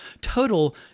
total